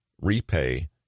repay